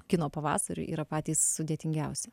kino pavasariui yra patys sudėtingiausi